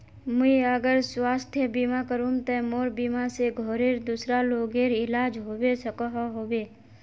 मुई अगर स्वास्थ्य बीमा करूम ते मोर बीमा से घोरेर दूसरा लोगेर इलाज होबे सकोहो होबे?